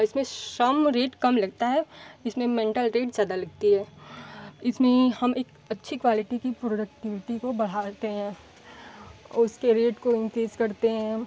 इसमें सब रेट कम लगता है इसमें मेंटल रेट ज़ादा लगती है इसमें हम एक अच्छी क्वालिटी की प्रोडक्टिविटी को बढ़ाते हैं उसके रेट को इंक्रीज़ करते हैं